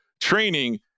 training